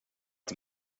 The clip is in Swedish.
att